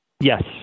Yes